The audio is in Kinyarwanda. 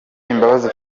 imbabazi